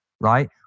right